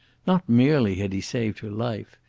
not merely had he saved her life.